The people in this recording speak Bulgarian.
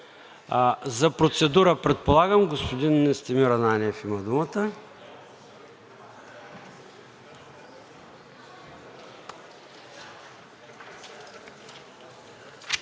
За процедура, предполагам, господин Настимир Ананиев има думата.